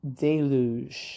deluge